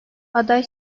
aday